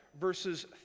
verses